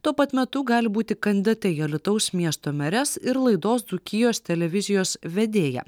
tuo pat metu gali būti kandidate į alytaus miesto meres ir laidos dzūkijos televizijos vedėją